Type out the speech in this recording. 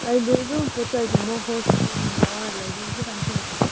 ꯑꯩꯗꯣ ꯑꯗꯨꯝ ꯄꯣꯠ ꯆꯩꯒꯨꯝꯕ ꯍꯣꯜꯁꯦꯜ ꯑꯣꯏꯅ ꯂꯧꯔ ꯂꯩꯕ ꯍꯧꯖꯤꯛꯀꯥꯟꯁꯦ